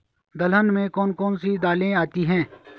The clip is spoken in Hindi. दलहन में कौन कौन सी दालें आती हैं?